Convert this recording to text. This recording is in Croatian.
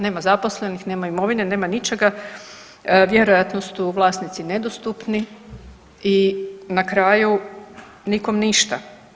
Nema zaposlenih, nema imovine, nema ničega vjerojatno su vlasnici nedostupni i na kraju nikom ništa.